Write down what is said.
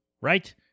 right